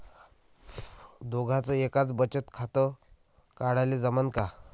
दोघाच एकच बचत खातं काढाले जमनं का?